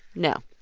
no,